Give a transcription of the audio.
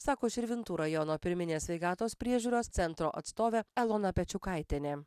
sako širvintų rajono pirminės sveikatos priežiūros centro atstovė elona pečiukaitienė